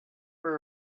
were